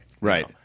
right